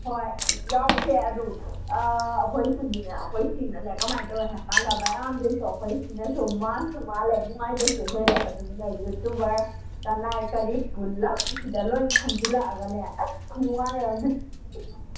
ꯍꯣꯏ ꯌꯥꯎꯁꯦ ꯑꯗꯨ ꯑꯩꯈꯣꯏꯁꯤꯗꯅꯦ ꯑꯩꯈꯣꯏꯁꯤꯅꯅꯦ ꯀꯃꯥꯏꯅ ꯇꯧꯋꯦ ꯍꯥꯏꯔꯀꯥꯟꯗ ꯃꯌꯥꯝꯗꯩꯏꯁꯨ ꯑꯩꯈꯣꯏꯁꯤꯅꯁꯨ ꯃꯥꯟꯁꯨ ꯃꯥꯜꯂꯦ ꯅꯨꯡꯉꯥꯏꯕꯁꯨ ꯍꯦꯜꯂꯦ ꯑꯗꯨꯅ ꯌꯨꯇꯨꯕꯔ ꯀꯅꯥꯏ ꯀꯔꯤ ꯄꯨꯂꯞ ꯁꯤꯗ ꯂꯣꯏ ꯊꯣꯝꯖꯜꯂꯛꯑꯒꯅꯦ ꯑꯁ ꯈꯨꯅꯨꯡꯉꯥꯏ ꯑꯝꯅꯤ